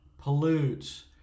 pollutes